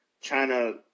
China